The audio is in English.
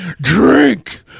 Drink